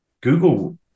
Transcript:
Google